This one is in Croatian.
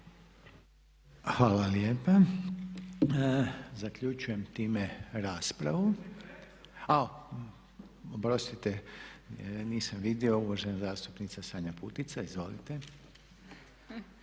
Hvala lijepa. Zaključujem time raspravu. A oprostite, nisam vidio. Uvažena zastupnica Sanja Putica, izvolite.